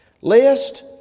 Lest